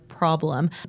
problem